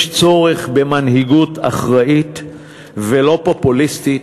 יש צורך במנהיגות אחראית ולא פופוליסטית,